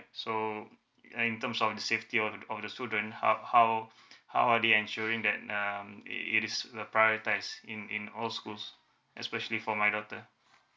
so ya in terms on the safety of the of the student how how how are they ensuring that um it is the prioritise in in all schools especially for my daughter